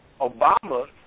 Obama